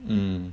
mm